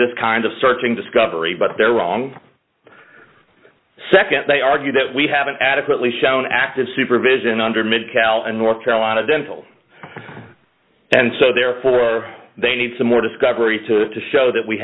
this kind of searching discovery but they're wrong second they argue that we haven't adequately shown active supervision under mit cal and north carolina dental and so therefore they need some more discovery to show that we